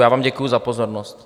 Já vám děkuji za pozornost.